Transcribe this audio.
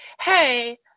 hey